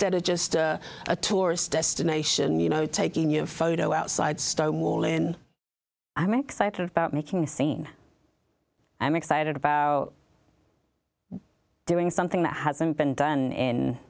stead of just a tourist destination you know taking your photo outside stonewall in i'm excited about making a scene i'm excited about doing something that hasn't been done in